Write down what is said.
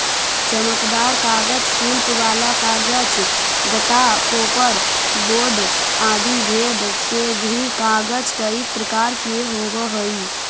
चमकदार कागज, शिल्प वाला कागज, गत्ता, पोपर बोर्ड आदि भेद से भी कागज कईक प्रकार के होवऽ हई